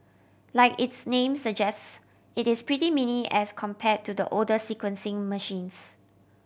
like its name suggests it is pretty mini as compared to the older sequencing machines